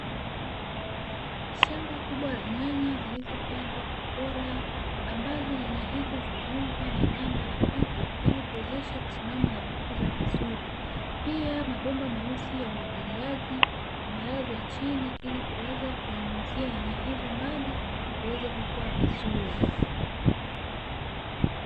Shamba kubwa la nyanya zilizopandwa kwa ubora ambazo nyanya hizo zimeumbwa na kamba na fito ili kuwezesha kusimama na kukuza vizuri, pia mabomba meusi ya umwagiliaji yamelazwa chini ili kuweza kuinyunyizia nyanya hizo maji ziweze kukua vizuri.